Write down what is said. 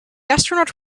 astronaut